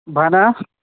ଭାଇନା